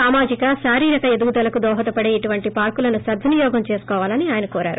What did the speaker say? నామాజిక శారీరిక ఎదుగుదలకు దోహదపడే ఇటువంటి పార్కులను సద్వినియోగం చేసుకోవాలని ఆయన కోరారు